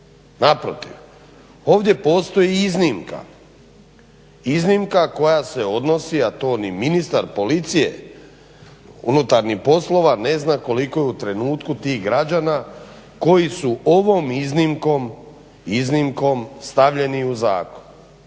Naprotiv, ovdje postoji iznimka, iznimka koja se odnosi a to ni ministar policije unutarnjih poslova ne zna koliko je u trenutku tih građana koji su ovom iznimkom stavljeni u zakon